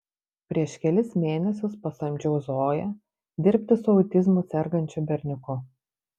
prieš kelis mėnesius pasamdžiau zoją dirbti su autizmu sergančiu berniuku